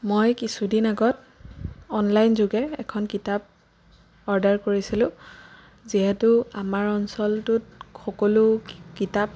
মই কিছুদিন আগত অনলাইন যোগে এখন কিতাপ অৰ্ডাৰ কৰিছিলোঁ যিহেতু আমাৰ অঞ্চলটোত সকলো কিতাপ